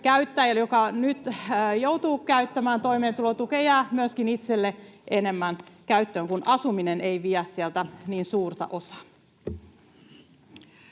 joka nyt joutuu käyttämään toimeentulotukea, jää myöskin itselle enemmän käyttöön, kun asuminen ei vie sieltä niin suurta osaa.